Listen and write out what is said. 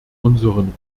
unseren